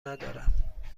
ندارم